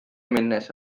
minnes